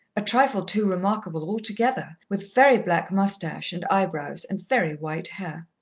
a trifle too remarkable altogether, with very black moustache and eyebrows and very white hair.